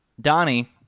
Donnie